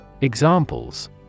Examples